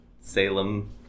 Salem